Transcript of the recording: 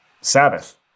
Sabbath